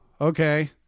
okay